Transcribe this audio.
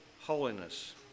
holiness